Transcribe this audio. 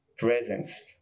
presence